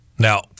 Now